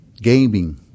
gaming